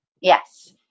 Yes